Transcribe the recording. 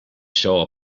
saw